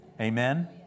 Amen